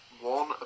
One